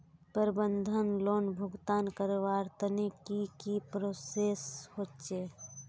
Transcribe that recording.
प्रबंधन लोन भुगतान करवार तने की की प्रोसेस होचे?